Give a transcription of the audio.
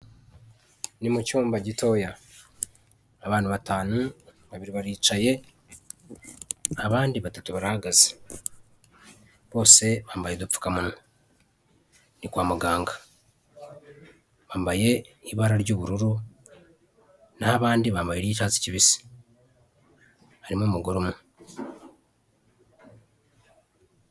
Ni mu cyumba gitoya abantu batanu, babiri baricaye abandi batatu barahagaze bose bambaye udupfukamunwa ni kwa muganga, bambaye ibara ry'ubururu naho abandi bambaye iry'icyatsi kibisi, harimo umugore umwe.